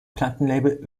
plattenlabel